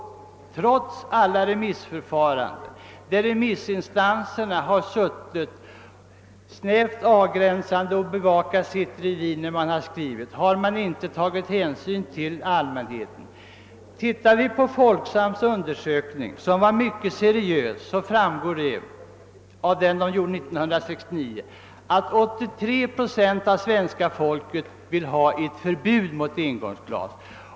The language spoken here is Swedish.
Men remissinstanserna har suttit och bevakat sina revir och inte tagit någon som helst hänsyn till allmänhetens önskemål. Folksams undersökning 1969, som var mycket seriös, visade att 83 procent av svenska folket vill ha ett förbud mot engångsglas.